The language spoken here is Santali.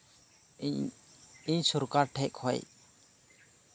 ᱤᱧ ᱤᱧ ᱥᱚᱨᱠᱟᱴ ᱴᱷᱮᱱ ᱠᱷᱚᱱ